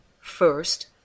First